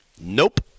Nope